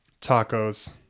Tacos